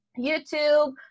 YouTube